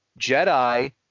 Jedi